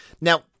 Now